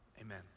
amen